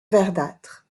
verdâtre